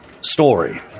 story